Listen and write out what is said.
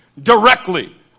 directly